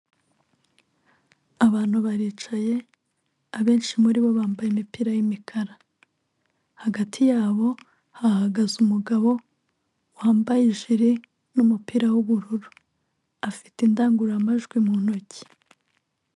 Abantu baricaye abenshi muri bo bambaye imipira y'imikara hagati yabo hahagaze umugabo wambaye ijiri n'umupira w'ubururu afite indangururamajwi mu ntoki.